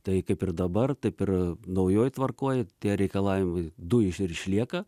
tai kaip ir dabar taip ir naujoj tvarkoj tie reikalavimai du ir išlieka